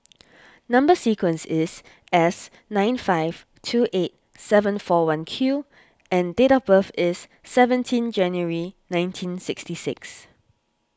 Number Sequence is S nine five two eight seven four one Q and date of birth is seventeen January nineteen sixty six